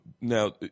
Now